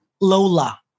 Lola